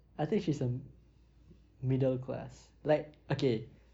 teachers and I think she's a middle class like okay